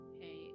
Hey